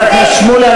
חבר הכנסת שמולי,